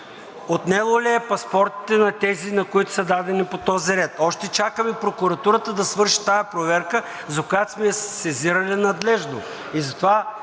отнело ли е паспортите на тези, на които са дадени по този ред. Още чакаме прокуратурата да свърши тази проверка, за която сме я сезирали надлежно.